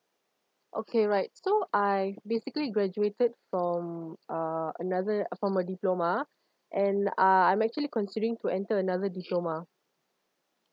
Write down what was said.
okay right so I basically graduated from uh another uh from a diploma and uh I'm actually considering to enter another diploma